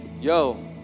yo